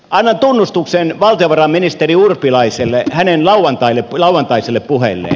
annan tunnustuksen valtiovarainministeri urpilaiselle hänen lauantaisille puheilleen